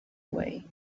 away